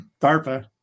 DARPA